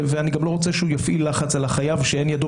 ואני גם לא רוצה שהוא יפעיל לחץ על החייב שאין ידו